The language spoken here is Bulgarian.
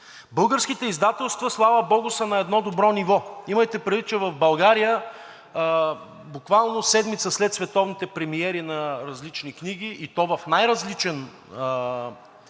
Българските издателства, слава богу, са на едно добро ниво. Имайте, предвид че в България буквално седмица след световните премиери на различни книги, и то в най-различни